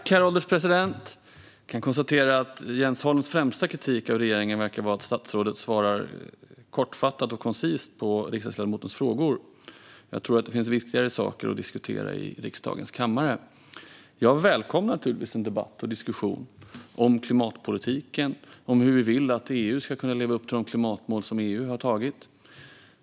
Herr ålderspresident! Jag kan konstatera att Jens Holms främsta kritik av regeringen verkar vara att statsrådet svarar kortfattat och koncist på riksdagsledamotens frågor. Jag tror att det finns viktigare saker att diskutera i riksdagens kammare. Jag välkomnar naturligtvis en debatt och diskussion om klimatpolitiken och om hur vi vill att EU ska kunna leva upp till de klimatmål som EU har antagit.